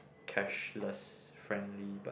cashless friendly but